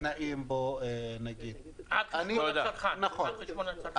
שבאה לפגוע בצרכנים ובלקוחות שקנו כרטיסים.